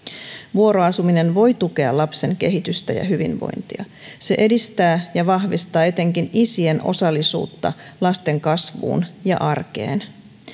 vuoroasuminen voi tukea lapsen kehitystä ja hyvinvointia se edistää ja vahvistaa etenkin isien osallisuutta lasten kasvuun ja arkeen